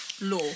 law